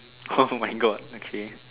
oh my God okay